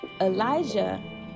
elijah